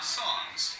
songs